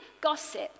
gossip